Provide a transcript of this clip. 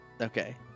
Okay